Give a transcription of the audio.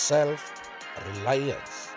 Self-reliance